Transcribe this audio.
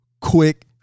quick